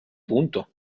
punto